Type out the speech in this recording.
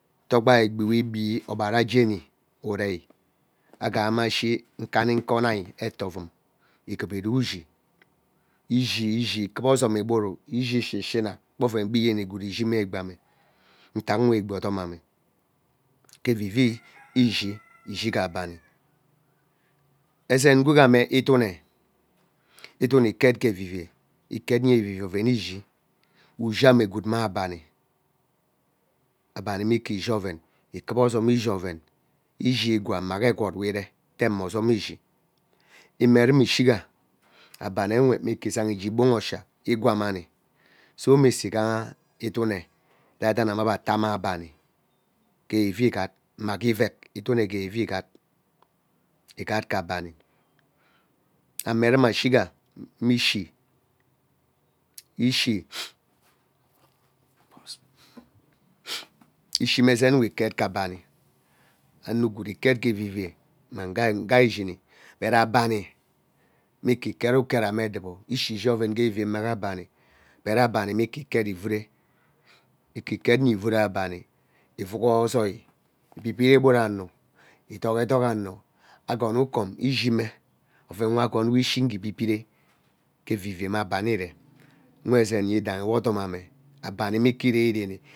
To agba egbi we ibi ogbara jeni urei aghame ashi nkamka onai ete orum igeep ire ushi ishi, ishi kara ozom igwuru ishi, shishina gbe oren we eyeni gwood ishine egbame ntak nwe igbi odomame ke evivei ee ishi, ishi gee abani ezen gwega mme iduene, iduene iket ke evivei iket nyee evivei oven ishi ushame gwood mme abani, abani ebe shime idaiha etoveme ike ishioren, ikwa ozom ishi oven ishi igwaa mma gee egwood ike iree ke me gee ozom ishi imerume ishiga abaniwe me ike izgha gee igbonhi osha igwa mani so imisno igha iduene edaidama abe atame abani gee evivei igat mma gee iveg iduene gee evivei igat mma gee iveg iduene gee evivei igat igat ke abani ame ruma ashiga me ishi ishi ishi me ezen we ket ke abani ano gwood iket ke evivei mmang ngee ishini but abani mme ike, iket uketrem edubo ishi ishi oven gee evivei mme gee abani but abani mme ike iket ivuure ike iket enye ivuree abani ivuk ozoi ibibire igwuru ano idok edok ano akoni ukom ishime oven we akon we ishi igee ibibiree gee bani mme evivei iree new ezen yidehi we odomame abani me ike irerene.